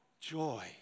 joy